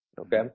Okay